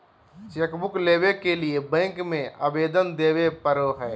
chequebook लेबे के लिए बैंक में अबेदन देबे परेय हइ